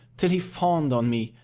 till he fawned on me,